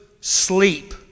sleep